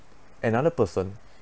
another person